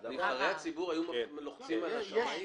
נבחרי הציבור היו לוחצים על השמאים?